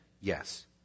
Yes